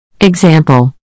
Example